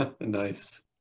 Nice